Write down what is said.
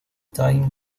time